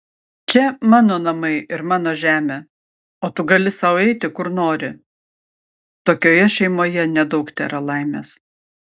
čia mano namai ir mano žemė o tu gali sau eiti kur nori tokioje šeimoje nedaug tėra laimės